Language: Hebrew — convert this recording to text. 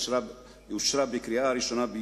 נתקבלה.